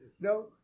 No